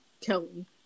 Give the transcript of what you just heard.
Kelly